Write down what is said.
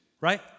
right